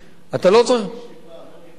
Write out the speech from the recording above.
אתה לא צריך, מי שבא, לא מקצועי,